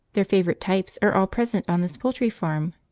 their favourite types are all present on this poultry farm.